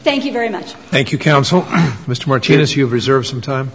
thank you very much thank you counsel mr martinez you reserve some time